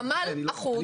חמ"ל אחוד,